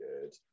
good